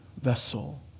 vessel